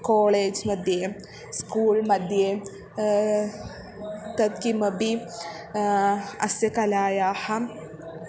college मध्ये school मध्ये तत् किमपि अस्य कलायाः